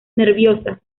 nerviosa